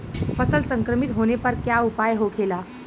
फसल संक्रमित होने पर क्या उपाय होखेला?